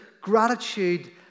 gratitude